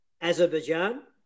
Azerbaijan